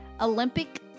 Olympic